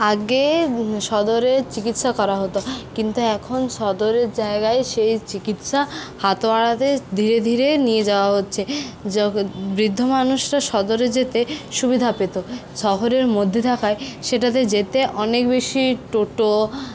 আগে সদরে চিকিৎসা করা হতো কিন্তু এখন সদরের জায়গায় সেই চিকিৎসা হাতোয়াড়াতে ধীরে ধীরে নিয়ে যাওয়া হচ্ছে বৃদ্ধ মানুষরা সদরে যেতে সুবিধা পেত শহরের মধ্যে থাকায় সেটাতে যেতে অনেক বেশি টোটো